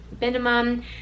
minimum